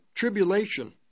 tribulation